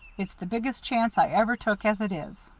it's the biggest chance i ever took as it is.